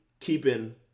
keeping